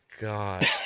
god